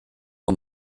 und